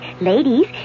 Ladies